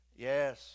Yes